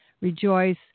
rejoice